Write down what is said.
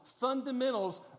fundamentals